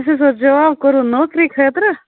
اَسہِ حظ اوس جاب کوٚروٕ نوکری خٲطرٕ